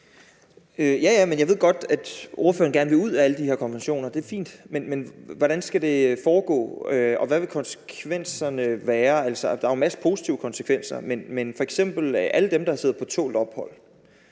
Ja ja, jeg ved godt, at ordføreren gerne vil ud af alle de her konventioner. Det er fint. Men hvordan skal det foregå, og hvad vil konsekvenserne være? Altså, der er jo en masse positive konsekvenser, men f.eks. er der alle dem, der sidder på tålt ophold,